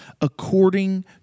according